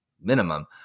minimum